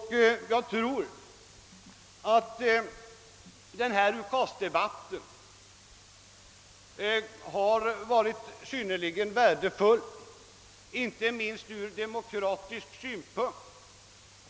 Jag tror att UKAS-debatten har varit synnerligen värdefull inte minst ur demokratisk synpunkt.